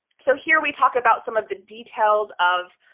so here we talk about some of the details of